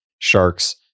sharks